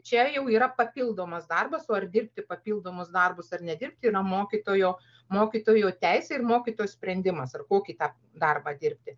čia jau yra papildomas darbas o ar dirbti papildomus darbus ar nedirbti yra mokytojo mokytojo teisė ir mokytojo sprendimas ar kokį tą darbą dirbti